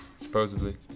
supposedly